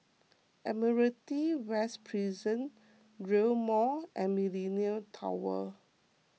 Admiralty West Prison Rail Mall and Millenia Tower